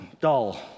dull